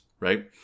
right